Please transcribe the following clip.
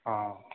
হ্যাঁ